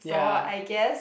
ya